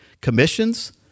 commissions